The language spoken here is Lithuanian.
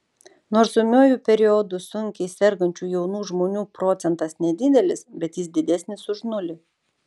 nors ūmiuoju periodu sunkiai sergančių jaunų žmonių procentas nedidelis bet jis didesnis už nulį